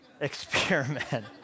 experiment